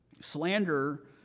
slander